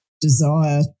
desire